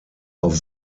auf